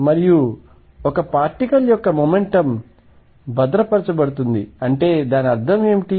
మరియు ఒక పార్టికల్ యొక్క మొమెంటం భద్రపరచబడుతుంది అంటే దాని అర్థం ఏమిటి